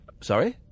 Sorry